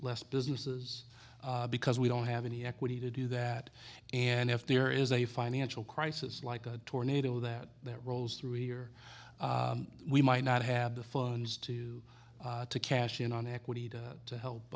less businesses because we don't have any equity to do that and if there is a financial crisis like a tornado that that rolls through here we might not have the funds to to cash in on equity to help